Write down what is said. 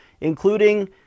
including